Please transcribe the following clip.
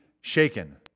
shaken